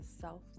Self